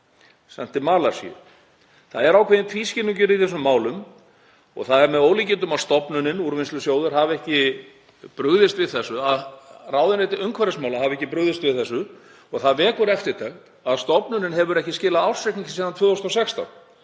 í Hveragerði. Það er ákveðinn tvískinnungur í þessum málum og það er með ólíkindum að stofnunin, Úrvinnslusjóður, hafi ekki brugðist við þessu og að ráðuneyti umhverfismála hafi ekki brugðist við þessu. Það vekur eftirtekt að stofnunin hefur ekki skilað ársreikningi síðan 2016.